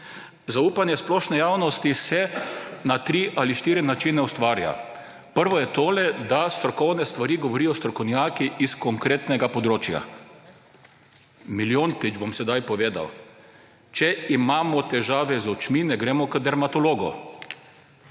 Zaupanje splošne javnosti se na tri ali štiri načine ustvarja. Prvo je tole, da strokovne stvari govorijo strokovnjaki s konkretnega področja. Milijontič bom sedaj povedal. Če imamo težave z očmi, ne gremo k dermatologu,